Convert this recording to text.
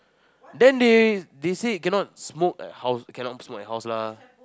then they they say cannot smoke at house cannot smoke at house lah